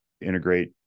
integrate